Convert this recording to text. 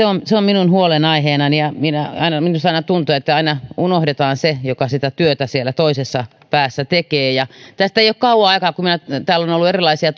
on elikä se on minun huolenaiheenani ja minusta aina tuntuu että aina unohdetaan se joka sitä työtä siellä toisessa päässä tekee tästä ei ole kauan aikaa kun minä täällä on ollut erilaisia